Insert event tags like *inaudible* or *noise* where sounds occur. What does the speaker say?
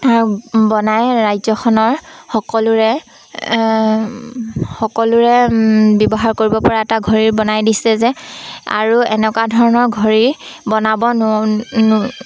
বনাই ৰাজ্যখনৰ সকলোৰে সকলোৰে ব্যৱহাৰ কৰিব পৰা এটা ঘড়ী বনাই দিছে যে আৰু এনেকুৱা ধৰণৰ ঘড়ী বনাব *unintelligible*